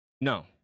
no